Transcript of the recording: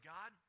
God